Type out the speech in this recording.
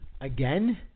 Again